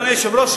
אדוני היושב-ראש,